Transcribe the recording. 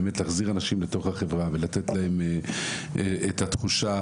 מנת שבאמת נוכל להחזיר אנשים לתוך החברה ולתת להם את התחושה